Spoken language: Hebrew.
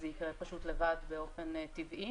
זה יקרה פשוט לבד באופן טבעי.